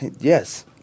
Yes